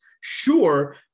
sure